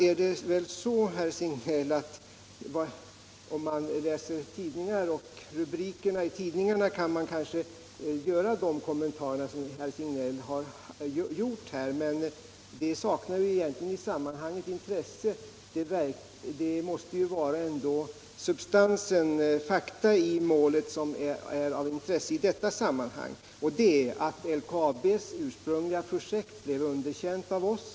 Efter att ha läst tidningar och tidningsrubriker kan man kanske göra sådana kommentarer som herr Signell har gjort här, men det saknar egentligen intresse i sammanhanget. Det måste ändå vara fakta i målet, som är av intresse, nämligen att LKAB:s ursprungliga projekt blev underkänt av oss.